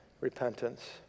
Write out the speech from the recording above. repentance